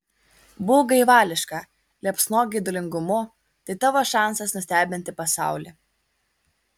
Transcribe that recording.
būk gaivališka liepsnok geidulingumu tai tavo šansas nustebinti pasaulį